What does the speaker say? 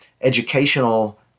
educational